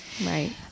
right